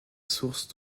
source